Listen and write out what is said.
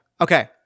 okay